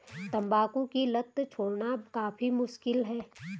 तंबाकू की लत छोड़नी काफी मुश्किल है